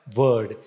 word